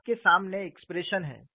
आपके सामने एक्सप्रेशन है